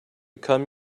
come